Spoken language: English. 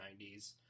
90s